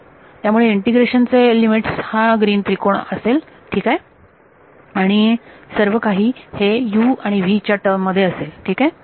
त्यामुळे इंटिग्रेशन चे लिमिट्स हा ग्रीन त्रिकोण असेल ठीक आहे आणि सर्वकाही हे u आणि v च्या टर्म मध्ये असेल ठीक आहे